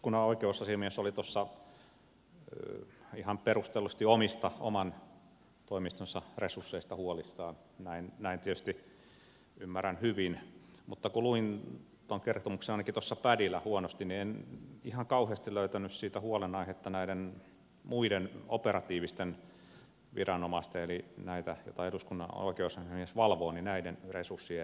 eduskunnan oikeusasiamies oli tuossa ihan perustellusti oman toimistonsa resursseista huolissaan näin tietysti ymmärrän hyvin mutta kun luin tuon kertomuksen ainakin tuossa padilla huonosti niin en ihan kauheasti löytänyt siitä huolenaihetta näiden muiden operatiivisten viranomaisten eli näiden joita eduskunnan oikeusasiamies valvoo resurssien riittävyydestä